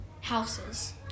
houses